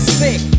sick